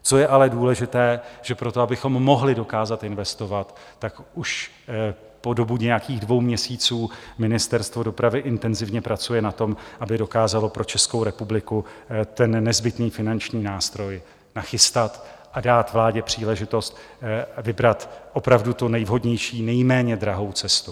Co je ale důležité, že pro to, abychom mohli dokázat investovat, tak už po dobu nějakých dvou měsíců Ministerstvo dopravy intenzivně pracuje na tom, aby dokázalo pro Českou republiku ten nezbytný finanční nástroj nachystat a dát vládě příležitost vybrat opravdu tu nejvhodnější, nejméně drahou cestu.